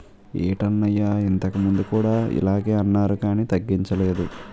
ఏటన్నయ్యా ఇంతకుముందు కూడా ఇలగే అన్నారు కానీ తగ్గించలేదు